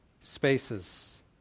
spaces